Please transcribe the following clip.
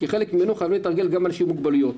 כחלק ממנו חייבים לתרגל גם אנשים עם מוגבלויות.